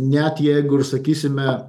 net jeigu ir sakysime